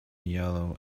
yellow